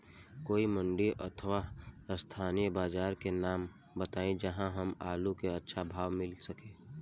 कोई मंडी अथवा स्थानीय बाजार के नाम बताई जहां हमर आलू के अच्छा भाव मिल सके?